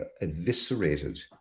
eviscerated